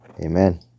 Amen